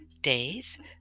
days